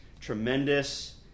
tremendous